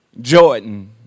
Jordan